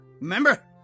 remember